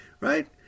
right